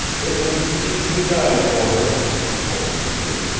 it will be easy to die for her, he told peter,